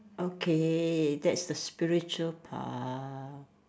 okay that's the spiritual part